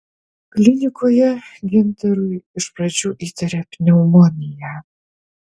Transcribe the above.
klinikoje gintarui iš pradžių įtarė pneumoniją